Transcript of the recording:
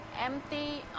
empty